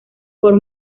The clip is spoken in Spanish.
por